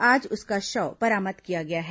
आज उसका शव बरामद किया गया है